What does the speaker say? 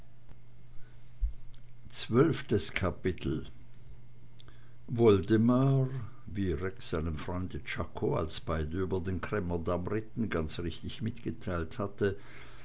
zwölftes kapitel woldemar wie rex seinem freunde czako als beide über den cremmer damm ritten ganz richtig mitgeteilt hatte